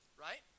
right